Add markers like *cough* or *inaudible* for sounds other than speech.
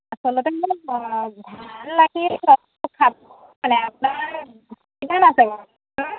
আচলতে মানে *unintelligible* আপোনাৰ কিমান আছে বাৰু ধান